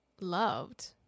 loved